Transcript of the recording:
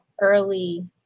early